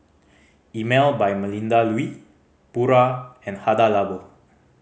Emel by Melinda Looi Pura and Hada Labo